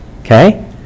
Okay